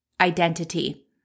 identity